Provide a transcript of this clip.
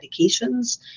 medications